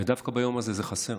ודווקא ביום הזה זה חסר.